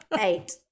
eight